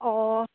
অঁ